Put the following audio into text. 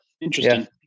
Interesting